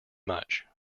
much